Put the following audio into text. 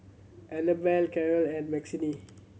Annabelle Caryl and Maxine